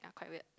yeah quite weird